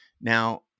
Now